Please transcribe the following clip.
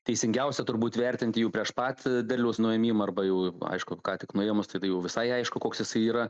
teisingiausia turbūt vertinti jų prieš pat derliaus nuėmimą arba jau aišku ką tik nuėmus tada jau visai aišku koks jisai yra